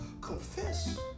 confess